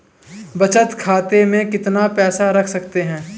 बचत खाते में कितना पैसा रख सकते हैं?